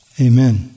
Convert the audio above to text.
Amen